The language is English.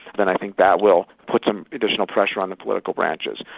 and i think that will put some additional pressure on the political branches.